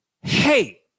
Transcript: hey